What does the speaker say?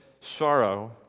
sorrow